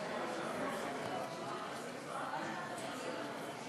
חברי חברי הכנסת,